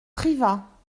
privas